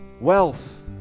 Wealth